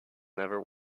never